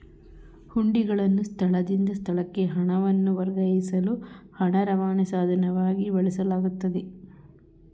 ಹುಂಡಿಗಳನ್ನು ಸ್ಥಳದಿಂದ ಸ್ಥಳಕ್ಕೆ ಹಣವನ್ನು ವರ್ಗಾಯಿಸಲು ಹಣ ರವಾನೆ ಸಾಧನವಾಗಿ ಬಳಸಲಾಗುತ್ತೆ